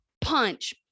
punch